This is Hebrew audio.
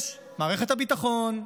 מערכת הביטחון,